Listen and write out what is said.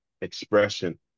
expression